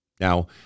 Now